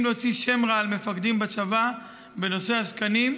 להוציא שם רע למפקדים בצבא בנושא הזקנים,